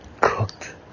cooked